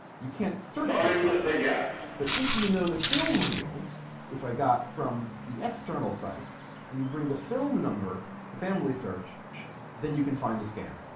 you can't search this document but if you know the film reel which i got from the external site and you bring the film number the family search then you can find the scam